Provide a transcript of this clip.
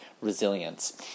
resilience